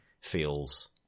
feels